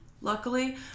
luckily